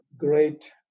great